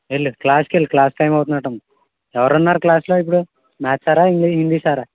వెళ్ళు క్లాస్కెళ్ళు class time అవుతున్నట్టుంది ఎవరున్నారు క్లాస్లో ఇప్పుడు మ్యాథ్స్ సారా హిందీ సారా